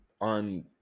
on